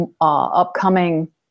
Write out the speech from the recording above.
upcoming